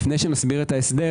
לפני שנסביר,